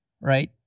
right